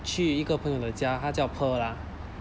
去一个朋友的家她叫 pearl ah